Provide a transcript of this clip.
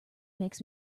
makes